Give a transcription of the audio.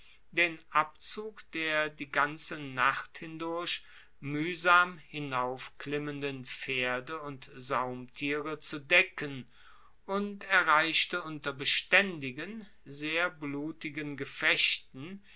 den abzug der die ganze nacht hindurch muehsam hinaufklimmenden pferde und saumtiere zu decken und erreichte unter bestaendigen sehr blutigen gefechten